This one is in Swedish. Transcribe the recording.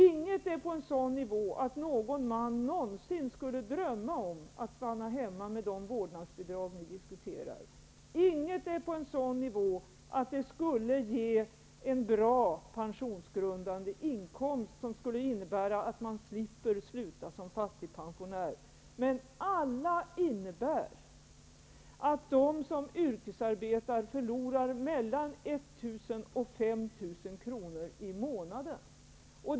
Inget förslag ger en sådan nivå att någon man någonsin skulle drömma om att stanna hemma med de vårdnadsbidrag ni diskuterar. Inget av förslagen ger en sådan nivå att det skulle ge en bra pensionsgrundande inkomst som skulle innebära att man skulle slippa sluta som fattigpensionär. Alla förslag innebär däremot att de som yrkesarbetar skulle förlora mellan 1 000 och 5 000 kr. i månaden.